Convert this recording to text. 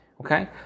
Okay